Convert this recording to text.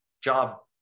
job